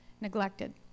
neglected